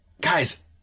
Guys